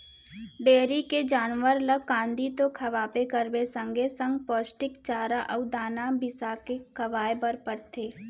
dairy के जानवर ल कांदी तो खवाबे करबे संगे संग पोस्टिक चारा अउ दाना बिसाके खवाए बर परथे